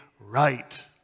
right